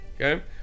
Okay